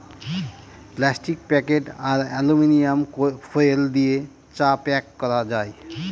plastic packet আর aluminium foil দিয়ে চা প্যাক করা যায়